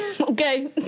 Okay